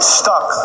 stuck